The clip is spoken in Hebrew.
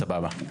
סבבה.